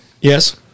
Yes